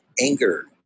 anger